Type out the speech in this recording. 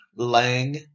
Lang